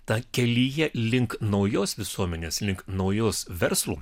tą kelyje link naujos visuomenės link naujos verslo